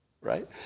right